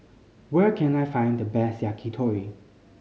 where can I find the best Yakitori